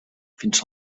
fins